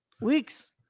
Weeks